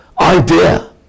idea